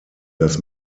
dass